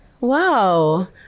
Wow